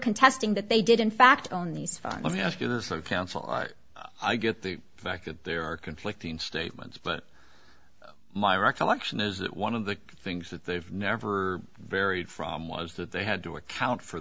contesting that they did in fact own these fine let me ask you the sort of counsel i get the fact that there are conflicting statements but my recollection is that one of the things that they've never varied from was that they had to account for